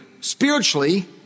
spiritually